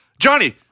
Johnny